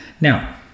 Now